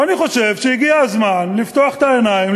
אני חושב שהגיע הזמן לפתוח את העיניים,